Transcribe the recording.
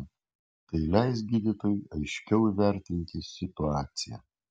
tai leis gydytojui aiškiau įvertinti situaciją